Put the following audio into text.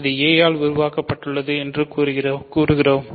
இது a ஆல் உருவாக்கப்படுகிறது என்று கூறுகிறோம்